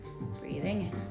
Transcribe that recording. breathing